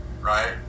right